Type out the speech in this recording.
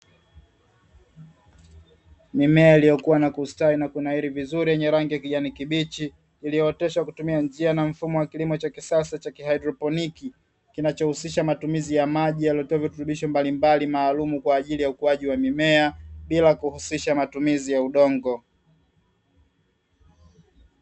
Mimea iliyokua na kunawiri vizuri yenye rangi ya kijani kibichi iliyooteshwa kutumia njia na mfumo wa kilimo cha kisasa cha haidroponi. Kinachohusisha matumizi ya maji yaliyotiwa virutubisho mbalimbali maalumu kwa ajili ya ukuaji wa mimea, bila kuhusisha matumizi ya udongo.